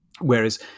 Whereas